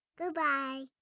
Goodbye